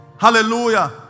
Hallelujah